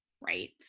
right